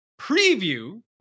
preview